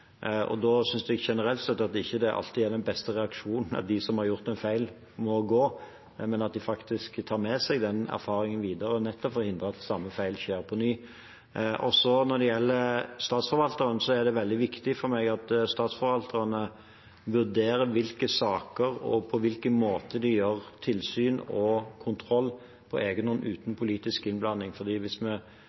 Da synes jeg generelt sett at det ikke alltid er den beste reaksjonen at de som har gjort en feil, må gå, men at de faktisk tar med seg erfaringen videre nettopp for å hindre at samme feil skjer på ny. Når det gjelder statsforvalteren, er det veldig viktig for meg at statsforvaltere vurderer saker og på hvilke måter de har tilsyn og kontroll med dem, på egen hånd uten politisk innblanding. For hvis vi